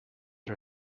her